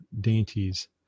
dainties